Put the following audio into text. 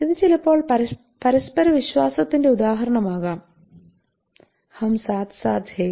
ഇത് ചിലപ്പോൾ പരസ്പരവിശ്വാസത്തിന്റെ ഉദാഹരണം ആകാം ഹം സാത്ത് സാത്ത് ഹേ